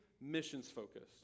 missions-focused